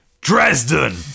Dresden